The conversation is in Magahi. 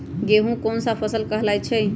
गेहूँ कोन सा फसल कहलाई छई?